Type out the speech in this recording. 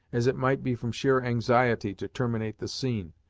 as it might be from sheer anxiety to terminate the scene,